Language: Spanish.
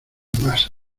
más